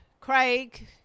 Craig